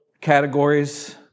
categories